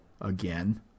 again